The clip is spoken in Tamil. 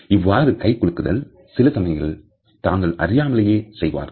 இவ்வாறு கை குலுக்குதல் சில சமயங்களில் தாங்கள் அறியாமலேயே செய்வார்கள்